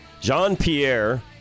Jean-Pierre